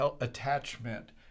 attachment